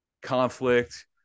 conflict